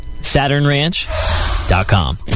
saturnranch.com